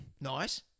Nice